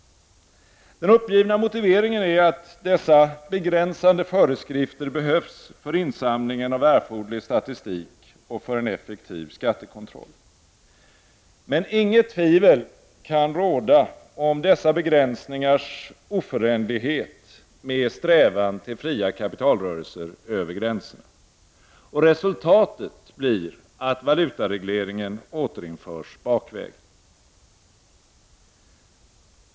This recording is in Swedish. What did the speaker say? Den uppgivna motiveringen är att dessa begränsade föreskrifter behövs för insamlingen av erforderlig statistik och för en effektiv skattekontroll. Men inget tvivel kan råda om dessa begränsningars oförenlighet med strävan till fria kapitalrörelser över gränserna. Resultatet blir att valutaregleringen återinförs bakvägen.